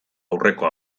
aurreko